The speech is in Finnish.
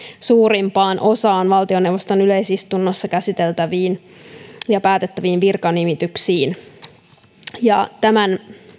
suurimpaan osaan valtioneuvoston yleisistunnossa käsiteltävistä ja päätettävistä virkanimityksistä tämän